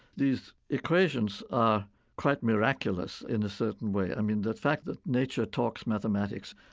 these equations are quite miraculous in a certain way. i mean, the fact that nature talks mathematics,